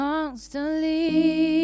Constantly